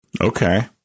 Okay